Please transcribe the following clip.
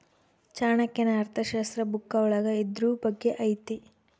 ಚಾಣಕ್ಯನ ಅರ್ಥಶಾಸ್ತ್ರ ಬುಕ್ಕ ಒಳಗ ಇದ್ರೂ ಬಗ್ಗೆ ಐತಿ